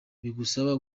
bigusaba